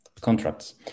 contracts